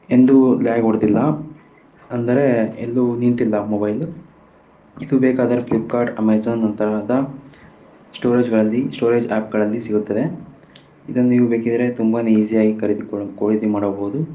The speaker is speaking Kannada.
ಎಂದೂ ಲ್ಯಾಗ್ ಹೊಡ್ದಿಲ್ಲಾ ಅಂದರೆ ಎಲ್ಲೂ ನಿಂತಿಲ್ಲ ಮೊಬೈಲು ಇದು ಬೇಕಾದರೆ ಫ್ಲಿಪ್ಕಾರ್ಟ್ ಅಮೆಜಾನ್ ಅಂತರ ಆದ ಸ್ಟೋರೇಜ್ಗಳಲ್ಲಿ ಸ್ಟೋರೇಜ್ ಆ್ಯಪ್ಗಳಲ್ಲಿ ಸಿಗುತ್ತದೆ ಇದನ್ನು ನೀವು ಬೇಕಿದ್ದರೆ ತುಂಬಾ ಈಸಿಯಾಗಿ ಖರೀದಿಕೊಳ್ ಖರೀದಿ ಮಾಡಬಹುದು